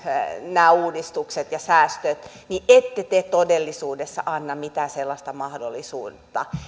nämä uudistukset ja säästöt niin ette te todellisuudessa anna mitään sellaista mahdollisuutta